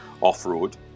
off-road